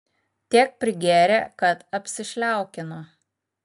tiek prigėrė kad apsišliaukino